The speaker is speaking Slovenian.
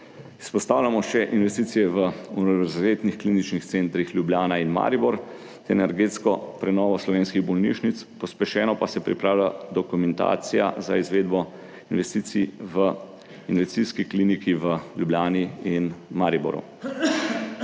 Izpostavljamo še investicije v Univerzitetnih kliničnih centrih Ljubljana in Maribor ter energetsko prenovo slovenskih bolnišnic, pospešeno pa se pripravlja dokumentacija za izvedbo investicij v investicijski kliniki v Ljubljani in Mariboru.